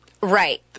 Right